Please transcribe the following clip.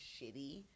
shitty